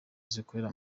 zikorera